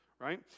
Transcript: right